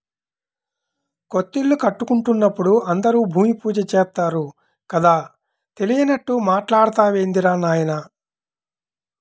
కొత్తిల్లు కట్టుకుంటున్నప్పుడు అందరూ భూమి పూజ చేత్తారు కదా, తెలియనట్లు మాట్టాడతావేందిరా నాయనా